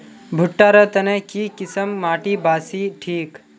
भुट्टा र तने की किसम माटी बासी ठिक?